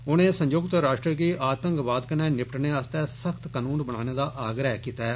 उनें संयुक्त राष्ट्र गी आतंकवाद कन्नै निपटने आस्तै सख्त कनून बनाने दा आग्रह कीता ऐ